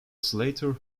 slater